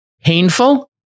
painful